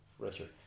Richard